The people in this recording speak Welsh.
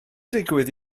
digwydd